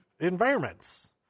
environments